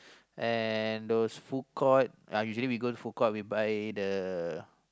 and those food court uh usually we go food court we buy the